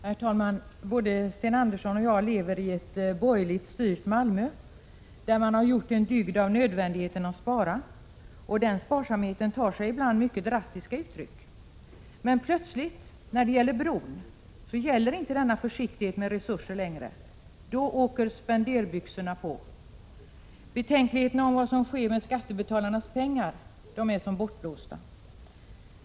Herr talman! Både Sten Andersson i Malmö och jag lever i ett borgerligt styrt Malmö där man har gjort en dygd av nödvändigheten av att spara. Denna sparsamhet tar sig ibland mycket drastiska uttryck. Men plötsligt i fråga om bron gäller inte längre denna försiktighet med resurser. Då åker spenderbyxorna på. Betänkligheterna om vad som sker med skattebetalarnas pengar är som bortblåsta.